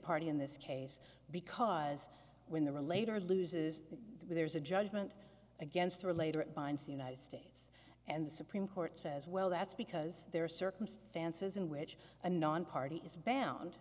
party in this case because when the relator loses there's a judgment against or later it binds the united states and the supreme court says well that's because there are circumstances in which a nonparty is bound